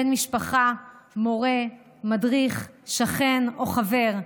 בן משפחה, מורה, מדריך, שכן או חבר.